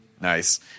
Nice